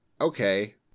okay